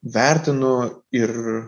vertinu ir